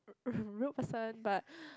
rude person but